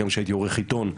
עוד כשהייתי עורך עיתון,